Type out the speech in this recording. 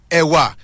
ewa